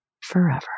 forever